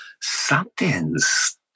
something's